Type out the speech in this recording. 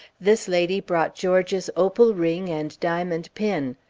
this lady brought george's opal ring and diamond pin.